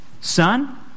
Son